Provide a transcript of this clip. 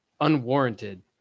unwarranted